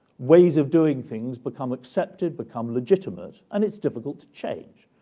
ways of doing things, become accepted, become legitimate, and it's difficult to change,